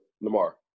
Lamar